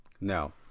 Now